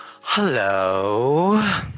Hello